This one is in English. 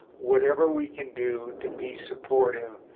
whatever we can do to be supportive,